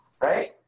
right